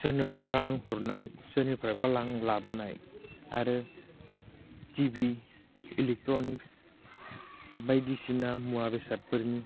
सोरनोबा रां हरनाय सोरनिफ्रायबा लां लाबोनाय आरो टि भि इलेक्ट्र'निक्स बायदिसिना मुवा बेसादफोरनि